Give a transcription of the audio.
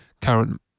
current